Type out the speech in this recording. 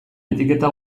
etiketa